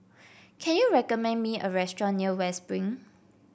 can you recommend me a restaurant near West Spring